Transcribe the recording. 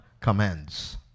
commands